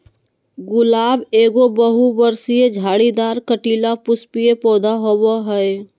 गुलाब एगो बहुवर्षीय, झाड़ीदार, कंटीला, पुष्पीय पौधा होबा हइ